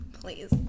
Please